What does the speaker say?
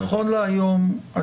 נכון להיום,